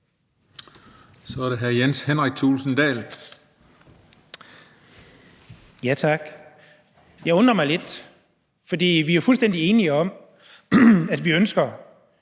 Dahl. Kl. 17:57 Jens Henrik Thulesen Dahl (DF): Tak. Jeg undrer mig lidt. For vi er jo fuldstændig enige om, at vi ønsker